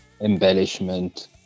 embellishment